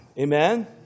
Amen